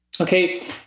Okay